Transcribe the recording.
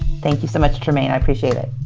thank you so much, trymaine. i appreciate it.